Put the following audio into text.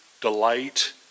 delight